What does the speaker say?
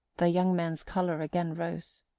the young man's colour again rose.